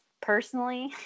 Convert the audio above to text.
personally